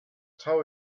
tau